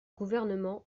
gouvernement